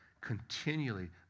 continually